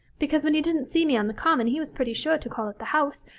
because when he didn't see me on the common he was pretty sure to call at the house,